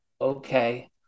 okay